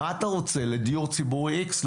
מה אתה רוצה, לדיור ציבורי איקס?